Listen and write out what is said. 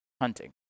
hunting